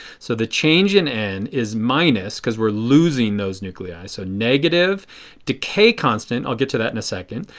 so the change in n is minus, because we are losing those nuclei, so negative decay constant, i will get to that in a second,